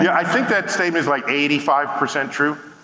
yeah i think that statement is like eighty five percent true.